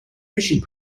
fishing